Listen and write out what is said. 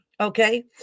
Okay